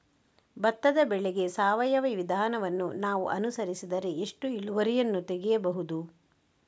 ಭತ್ತದ ಬೆಳೆಗೆ ಸಾವಯವ ವಿಧಾನವನ್ನು ನಾವು ಅನುಸರಿಸಿದರೆ ಎಷ್ಟು ಇಳುವರಿಯನ್ನು ತೆಗೆಯಬಹುದು?